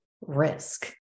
risk